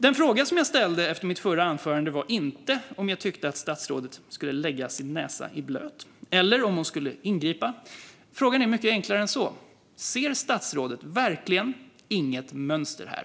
Den fråga som jag ställde i mitt förra anförande var inte om jag tyckte att statsrådet skulle lägga sin näsa i blöt eller om hon skulle ingripa. Frågan är mycket enklare än så: Ser statsrådet verkligen inget mönster här?